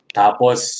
tapos